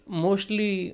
mostly